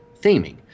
theming